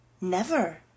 Never